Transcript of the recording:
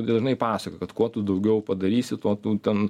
dažnai pasakoja kad kuo tu daugiau padarysi tuo tu ten